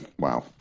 wow